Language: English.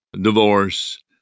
divorce